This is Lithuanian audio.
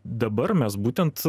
dabar mes būtent